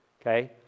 okay